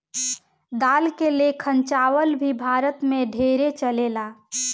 दाल के लेखन चावल भी भारत मे ढेरे चलेला